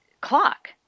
clock